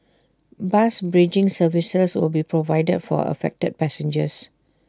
bus bridging services will be provided for affected passengers